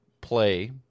play